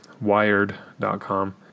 wired.com